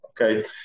Okay